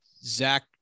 zach